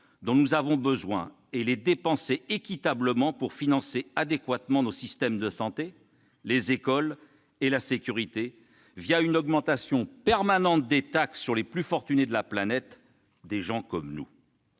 dont nous avons besoin et les dépenser équitablement pour financer adéquatement nos systèmes de santé, les écoles et la sécurité une augmentation permanente des taxes sur les plus fortunés de la planète, des gens comme nous.